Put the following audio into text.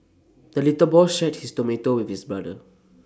the little boy shared his tomato with his brother